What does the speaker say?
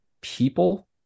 people